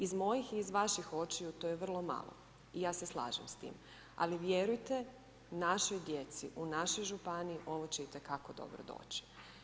Iz mojih i iz vaših očiju to je vrlo malo i ja se slažem s time, ali vjerujte našoj djeci, u našoj županiji ovo će itekako dobro doći.